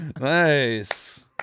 nice